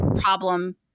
problem